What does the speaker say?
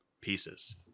pieces